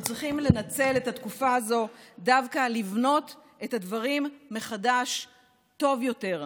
אנחנו צריכים לנצל את התקופה הזאת דווקא לבנות את הדברים מחדש טוב יותר,